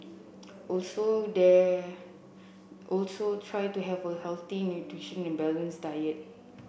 also the also try to have a healthy nutritious and balanced diet